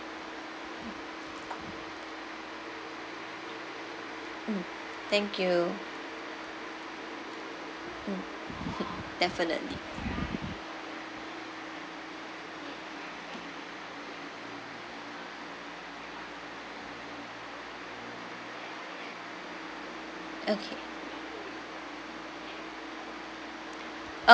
mm thank you mmhmm definitely okay